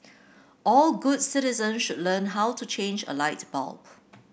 all good citizens should learn how to change a light bulb